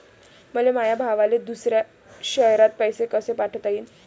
मले माया भावाले दुसऱ्या शयरात पैसे कसे पाठवता येईन?